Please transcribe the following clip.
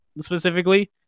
specifically